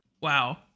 wow